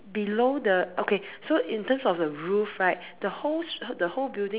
below the okay so in terms of the roof right the whole the whole building